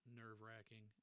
nerve-wracking